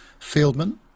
Fieldman